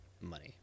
money